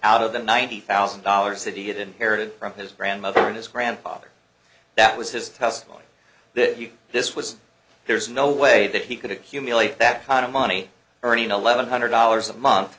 out of the ninety thousand dollars city it inherited from his grandmother and his grandfather that was his testimony that you this was there's no way that he could accumulate that kind of money earning eleven hundred dollars a month